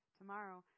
Tomorrow